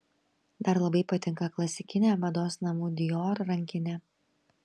dar labai patinka klasikinė mados namų dior rankinė